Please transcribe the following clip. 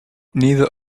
neither